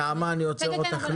נעמה, אני עוצר אותך.